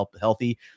healthy